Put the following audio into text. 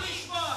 די כבר.